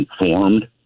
informed